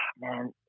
man